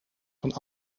van